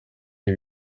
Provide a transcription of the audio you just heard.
ibi